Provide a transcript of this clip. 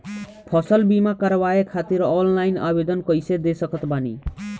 फसल बीमा करवाए खातिर ऑनलाइन आवेदन कइसे दे सकत बानी?